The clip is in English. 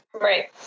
Right